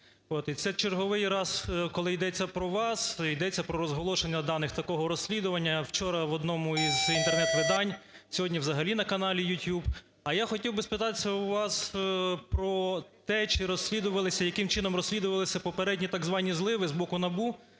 це черговий раз, коли йдеться про вас, йдеться про розголошення даних такого розслідування. Вчора в одному із Інтернет-видань, сьогодні взагалі на каналі YouTube. А я хотів би спитати у вас про те, чи розслідувалися, яким чином розслідувалися попередні так звані зливи з боку НАБУ,